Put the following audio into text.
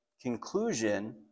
conclusion